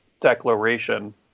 declaration